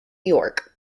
york